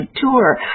tour